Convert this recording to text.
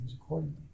accordingly